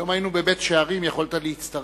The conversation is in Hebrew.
היום היינו בבית-שערים, יכולת להצטרף.